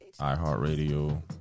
iHeartRadio